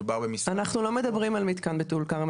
מדובר --- אנחנו לא מדברים על מתקן בטול כרם,